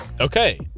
Okay